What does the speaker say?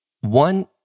One